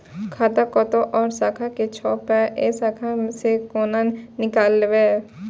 खाता कतौ और शाखा के छै पाय ऐ शाखा से कोना नीकालबै?